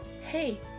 Hey